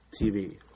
TV